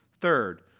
Third